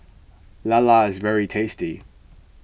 Lala is very tasty